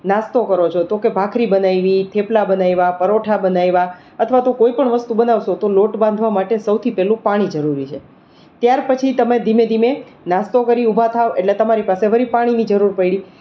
નાસ્તો કરો છો તો કે ભાખરી બનાઈવી થેપલા બનાવ્યા પરોઠા બનાવ્યા અથવા તો કોઈપણ વસ્તુ બનાવશો તો લોટ બાંધવા માટે સૌથી પહેલું પાણી જરૂરી છે ત્યાર પછી તમે ધીમે ધીમે નાસ્તો કરી ઊભા થાવ એટલે તમારી પાસે વરી પાણીની જરૂર પડી